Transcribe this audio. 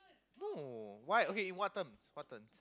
no why okay in what terms what terms